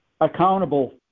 Accountable